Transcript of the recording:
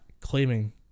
claiming